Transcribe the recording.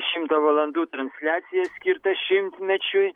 šimto valandų transliacija skirta šimtmečiui